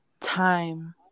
Time